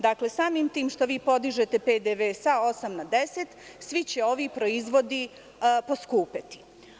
Dakle, samim tim što vi podižete PDV sa 8% na 10%, svi će ovi proizvodi poskupeti.